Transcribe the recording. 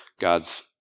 God's